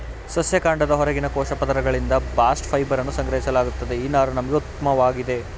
ಸಸ್ಯ ಕಾಂಡದ ಹೊರಗಿನ ಕೋಶ ಪದರಗಳಿಂದ ಬಾಸ್ಟ್ ಫೈಬರನ್ನು ಸಂಗ್ರಹಿಸಲಾಗುತ್ತದೆ ಈ ನಾರು ನಮ್ಗೆ ಉತ್ಮವಾಗಿದೆ